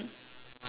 mmhmm